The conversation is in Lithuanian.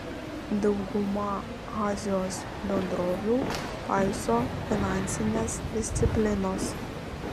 dauguma azijos bendrovių paiso finansinės disciplinos